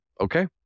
Okay